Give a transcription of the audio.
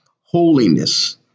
holiness